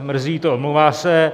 Mrzí ji to, omlouvá se.